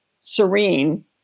serene